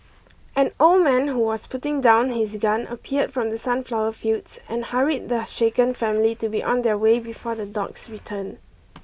an old man who was putting down his gun appeared from the sunflower fields and hurried the shaken family to be on their way before the dogs return